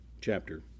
chapter